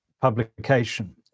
publication